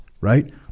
right